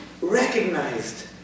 recognized